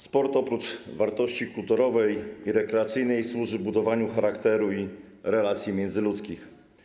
Sport oprócz wartości kulturowej i rekreacyjnej służy budowaniu charakteru i relacji międzyludzkich.